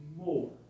more